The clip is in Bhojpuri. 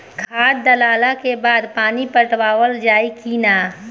खाद डलला के बाद पानी पाटावाल जाई कि न?